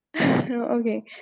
Okay